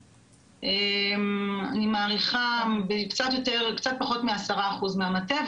אני מעריכה קצת פחות מ- 10% מהמטה.